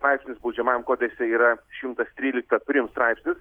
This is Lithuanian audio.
straipsnis baudžiamajam kodekse yra šimtas tryliktas turėjom straipsnius